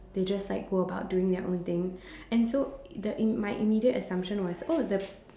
they just like go about doing their own thing and so the in my immediate assumption was all of the